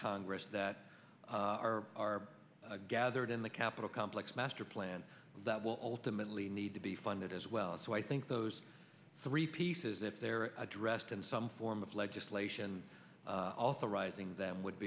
congress that are gathered in the capitol complex master plan that will ultimately need to be funded as well so i think those three pieces if they're addressed in some form of legislation authorizing them would